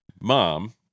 mom